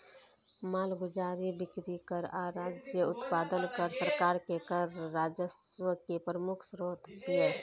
मालगुजारी, बिक्री कर आ राज्य उत्पादन कर सरकार के कर राजस्व के प्रमुख स्रोत छियै